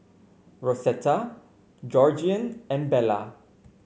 Rosetta Georgiann and Bella